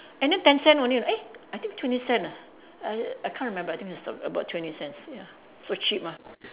and then ten cent only eh I think twenty cent ah I I can't remember I think it's a~ about twenty cents ya so cheap ah